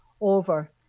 over